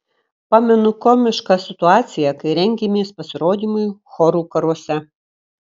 pamenu komišką situaciją kai rengėmės pasirodymui chorų karuose